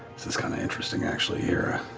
this is kind of interesting actually, here.